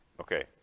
Okay